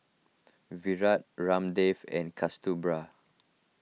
Virat Ramdev and Kasturba